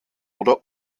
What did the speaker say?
oder